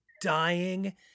dying